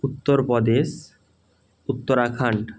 Uttar Pradesh Uttarakhand